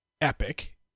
Epic